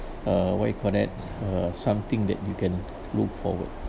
uh what you call that uh something that you can look forward